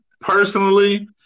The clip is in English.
personally